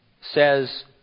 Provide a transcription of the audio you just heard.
says